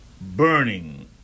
burning